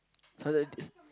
so that's